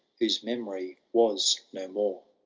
whose memory was no more.